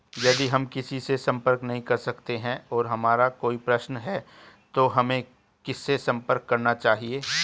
यदि हम किसी से संपर्क नहीं कर सकते हैं और हमारा कोई प्रश्न है तो हमें किससे संपर्क करना चाहिए?